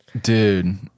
Dude